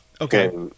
Okay